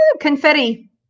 Confetti